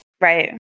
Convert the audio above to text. Right